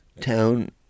town